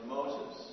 Moses